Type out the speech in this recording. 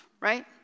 Right